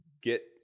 get